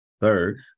Third